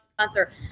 sponsor